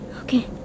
okay